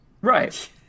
Right